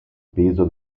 peso